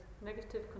Negative